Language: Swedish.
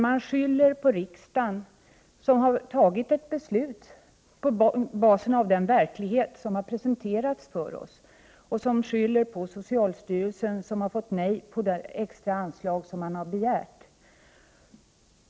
Man skyller på riksdagen, som fattat ett beslut på basis av den verklighet som visats för oss, och man skyller på socialstyrelsen, som fått nej på sin ansökan om extra anslag.